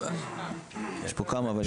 יש פה כמה.